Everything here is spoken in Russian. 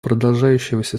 продолжающегося